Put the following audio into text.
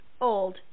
old